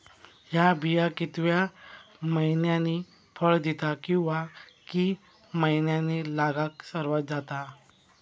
हया बिया कितक्या मैन्यानी फळ दिता कीवा की मैन्यानी लागाक सर्वात जाता?